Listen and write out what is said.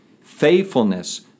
faithfulness